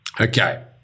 Okay